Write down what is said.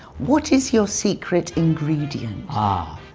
what is your secret ingredient? ah,